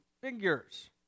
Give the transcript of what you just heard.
figures